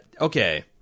Okay